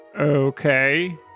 Okay